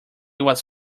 was